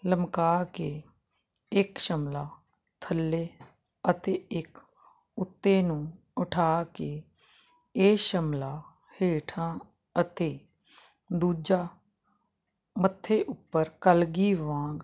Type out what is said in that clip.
ਲਮਕਾ ਕੇ ਇੱਕ ਸ਼ਮਲਾ ਥੱਲੇ ਅਤੇ ਇੱਕ ਉੱਤੇ ਨੂੰ ਉਠਾ ਕੇ ਇਹ ਸ਼ਮਲਾ ਹੇਠਾਂ ਅਤੇ ਦੂਜਾ ਮੱਥੇ ਉੱਪਰ ਕਲਗੀ ਵਾਂਗ